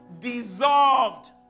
dissolved